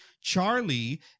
Charlie